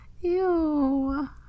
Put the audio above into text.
ew